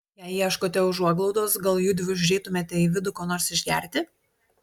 jei ieškote užuoglaudos gal judvi užeitumėte į vidų ko nors išgerti